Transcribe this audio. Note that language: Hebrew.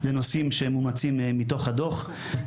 לנושאים שמומלצים מתוך הדו"ח.